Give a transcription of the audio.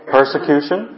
Persecution